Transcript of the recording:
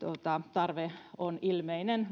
tarve on ilmeinen